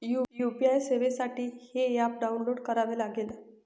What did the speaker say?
UPI सेवेसाठी हे app download करावे लागेल